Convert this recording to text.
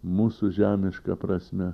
mūsų žemiška prasme